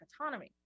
autonomy